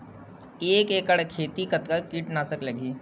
एक एकड़ खेती कतका किट नाशक लगही?